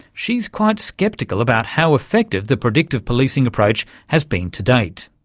she's quite sceptical about how effective the predictive policing approach has been to date.